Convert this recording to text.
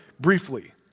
briefly